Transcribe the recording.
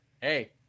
hey